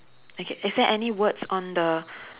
okay is there any words on the